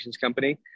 company